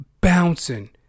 bouncing